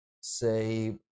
say